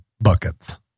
buckets